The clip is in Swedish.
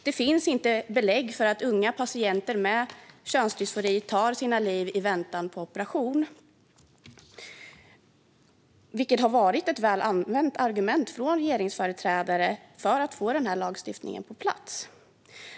Det finns inte belägg för att unga patienter med könsdysfori tar sina liv i väntan på operation, vilket har varit ett väl använt argument från regeringsföreträdare för att få lagstiftningen på plats.